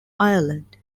ireland